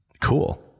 Cool